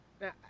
now